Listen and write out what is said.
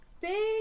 big